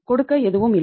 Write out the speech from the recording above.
கொடுக்க எதுவும் இல்லை